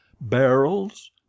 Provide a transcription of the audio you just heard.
barrels